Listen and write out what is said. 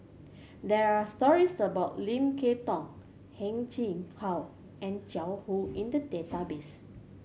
there are stories about Lim Kay Tong Heng Chee How and Jiang Hu in the database